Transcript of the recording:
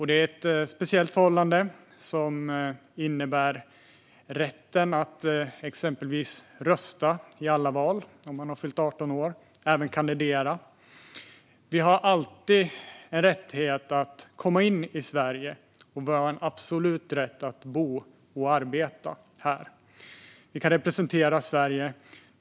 Det är ett speciellt förhållande som innebär rätten att exempelvis rösta i alla val när man har fyllt 18 år och även att kandidera. Vi har alltid rätt att komma in i Sverige, och vi har en absolut rätt att bo och arbeta här. Vi kan representera Sverige.